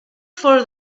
for